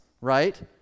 right